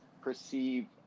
perceive